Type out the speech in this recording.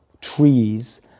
trees